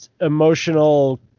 emotional